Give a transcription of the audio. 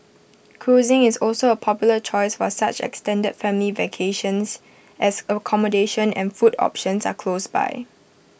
cruising is also A popular choice for such extended family vacations as accommodation and food options are close by